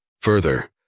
Further